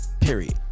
Period